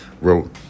Wrote